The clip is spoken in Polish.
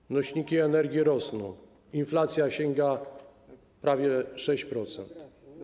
Ceny nośników energii rosną, inflacja sięga prawie 6%.